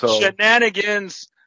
Shenanigans